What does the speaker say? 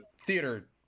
theater